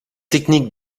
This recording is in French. technique